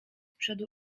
przodu